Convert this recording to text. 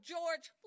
George